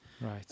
Right